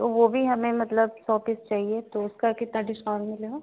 तो वह भी हमें मतलब सौ पीस चाहिए तो उसका कितना डिस्काउंट मिलेगा